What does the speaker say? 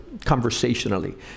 conversationally